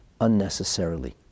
unnecessarily